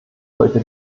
solche